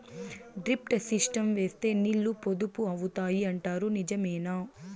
Drip system వేస్తే నీళ్లు పొదుపు అవుతాయి అంటారు నిజమేనా?